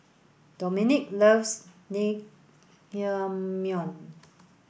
Domenic loves